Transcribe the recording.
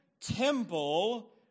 temple